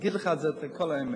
אני אגיד לך את כל האמת.